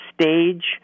Stage